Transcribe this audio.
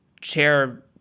chair